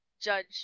judge